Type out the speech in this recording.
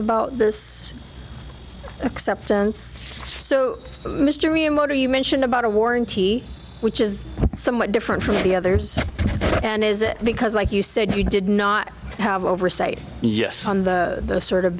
about this acceptance so mr remoter you mentioned about a warranty which is somewhat different from the others and is it because like you said you did not have oversight yes on the sort of